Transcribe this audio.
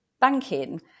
Banking